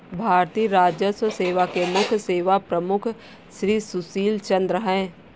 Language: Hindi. भारतीय राजस्व सेवा के मुख्य सेवा प्रमुख श्री सुशील चंद्र हैं